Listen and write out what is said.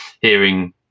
hearing